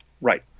Right